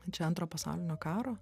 čia antro pasaulinio karo